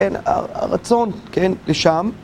הרצון, כן, לשם.